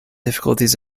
difficulties